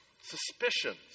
suspicions